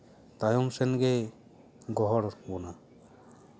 ᱛᱟᱭᱚᱢ ᱥᱮᱫ ᱜᱮ ᱜᱚᱦᱚᱲ ᱵᱚᱱᱟ